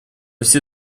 все